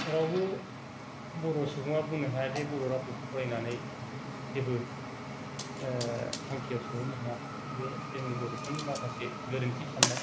रावबो बर' सुबुङा बुंनो हायाजे बर' रावखौ फरायनानै जेबो थांखियाव सहैनो हाया बे जोंनि बड'फोरनि माखासे गोरोन्थि साननाय